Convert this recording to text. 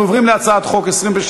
אנחנו עוברים להצעת חוק פ/2656,